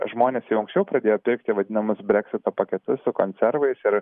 žmonės jau anksčiau pradėjo pirkti vadinamus breksito paketus su konservais ir